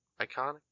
iconic